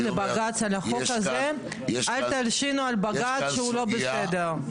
לבג"צ על החוק הזה אל תלשינו על בג"צ שהוא לא בסדר.